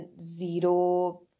zero